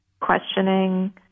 questioning